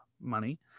money